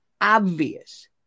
obvious